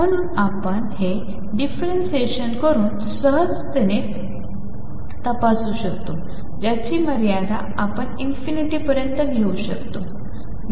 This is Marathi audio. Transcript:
म्हणूनच आपण हे डिफरेंसिएशन करुन हे सहजपणे तपासू शकतो ज्याची मर्यादा आपण इन्फिनिटी पर्यंत घेऊ शकतो